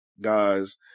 guys